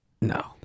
No